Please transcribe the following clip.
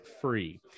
free